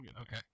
Okay